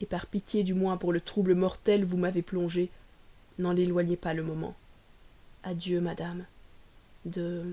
m'entendre par pitié du moins pour le trouble mortel où vous m'avez plongé n'en éloignez pas le moment adieu madame de